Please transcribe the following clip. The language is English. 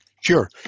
Sure